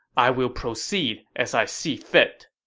i will proceed as i see fit.